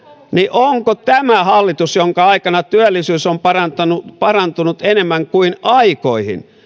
onko tämä hallitus jonka aikana työllisyys on parantunut parantunut enemmän kuin aikoihin